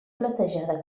platejada